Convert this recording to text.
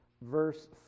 verse